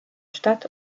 stadt